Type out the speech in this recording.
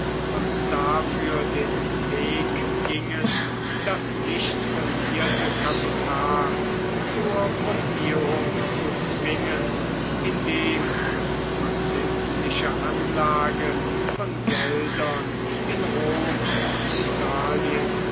und dafür den weg gingen das nicht fundierte kapital zur fundierung zu zwingen indem die verzinsliche anlage von geldern in rom und italien